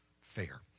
fair